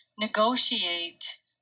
negotiate